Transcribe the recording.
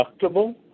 deductible